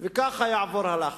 וככה יעבור הלחץ.